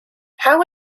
how